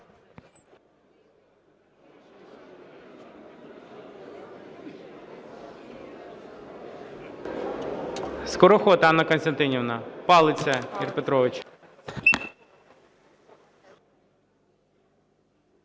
Скороход Анна Костянтинівна. Палиця Ігор Петрович.